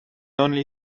only